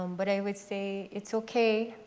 um but i would say, it's ok.